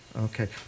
Okay